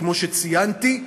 כמו שציינתי,